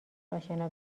اشنا